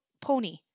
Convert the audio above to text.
pony